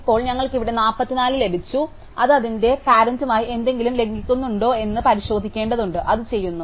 ഇപ്പോൾ ഞങ്ങൾക്ക് ഇവിടെ 44 ലഭിച്ചു ഇപ്പോൾ അത് അതിന്റെ പാറെന്റുമായി എന്തെങ്കിലും ലംഘിക്കുന്നുണ്ടോ എന്ന് പരിശോധിക്കേണ്ടതുണ്ട് അത് ചെയ്യുന്നു